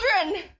children